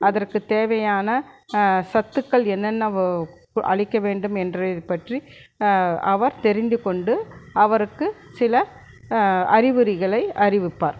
அதற்கு தேவையான சத்துக்கள் என்னென்ன அளிக்க வேண்டும் என்ற இது பற்றி அவர் தெரிந்து கொண்டு அவருக்கு சில அறிவுரைகளை அறிவிப்பார்